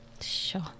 Sure